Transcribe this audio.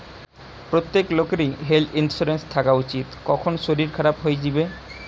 প্রত্যেক লোকেরই health insurance থাকা উচিত, কখন শরীর খারাপ হই যিবে